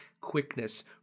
quickness